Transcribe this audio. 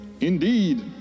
Indeed